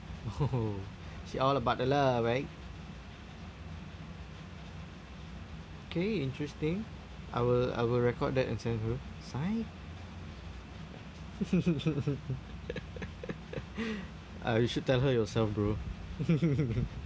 she all about the love eh okay interesting I will I will record that and send her psych ah you should tell her yourself bro